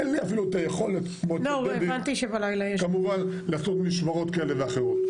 אין לי אפילו את היכולת כמו דדי כמובן לעשות משמרות כאלה ואחרות.